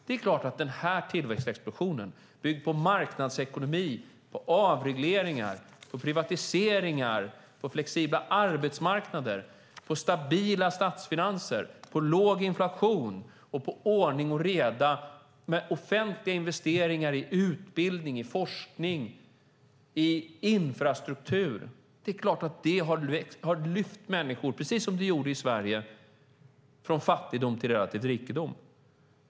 Det är klart att denna tillväxtexplosion - byggd på marknadsekonomi, på avregleringar, på privatiseringar, på flexibla arbetsmarknader, på stabila statsfinanser, på låg inflation och på ordning och reda med offentliga investeringar i utbildning, forskning och infrastruktur - har lyft människor, precis som den gjorde i Sverige, från fattigdom till relativ rikedom.